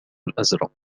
الأزرق